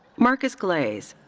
marcus glaze.